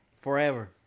Forever